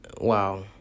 Wow